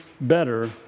better